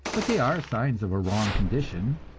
but they are signs of a wrong condition,